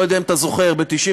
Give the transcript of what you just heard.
לא יודע אם אתה זוכר, ב-1996.